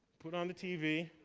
put on the tv.